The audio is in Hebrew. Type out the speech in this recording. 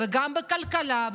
גם בכלכלה,